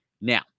Now